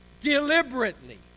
deliberately